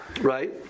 right